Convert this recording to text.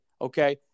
okay